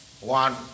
One